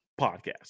podcast